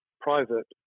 private